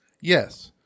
Yes